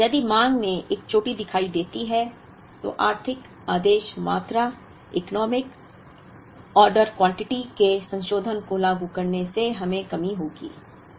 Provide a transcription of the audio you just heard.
लेकिन यदि मांग में से एक चोटी दिखाई देती है तो आर्थिक आदेश मात्रा इकोनामिक ऑर्डर क्वांटिटी के संशोधन को लागू करने से हमें कमी होगी